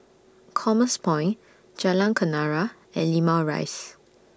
Commerce Point Jalan Kenarah and Limau Rise